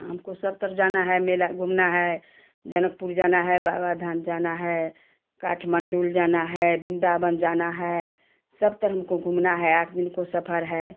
हमको सबतर जाना मेला घूमना है जनकपुर जाना है बाबा धाम जाना है काठमांडू जाना है वृंदावन जाना है सबतर हमको घूमना है आठ दिन का सफर है